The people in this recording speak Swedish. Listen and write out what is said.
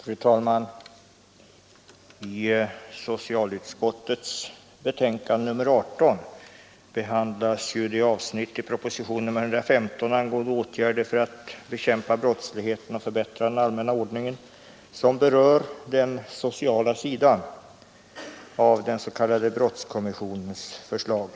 Fru talman! I socialutskottets betänkande nr 18 behandlas det avsnitt av propositionen 115 angående åtgärder för att bekämpa brottsligheten och förbättra den allmänna ordningen som berör den sociala sidan av brottskommissionens förslag.